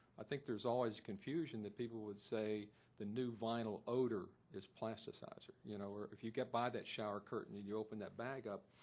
i think there's always confusion that people would say the new vinyl odor is plasticizer. you know or if you get by that shower curtain and you open that bag up,